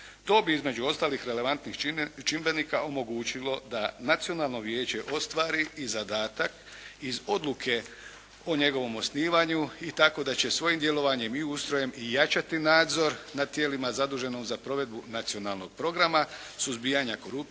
To bi između ostalih relevantnih čimbenika omogućilo da nacionalno vijeće ostvari i zadatak iz odluke o njegovom osnivanju i tako da će svojim djelovanjem i ustrojem i jačati nadzor nad tijelima zaduženim za provedbu nacionalnog programa suzbijanja korupcije,